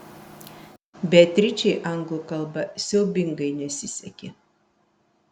beatričei anglų kalba siaubingai nesisekė